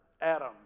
Adam